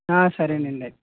సరేనండి అయితే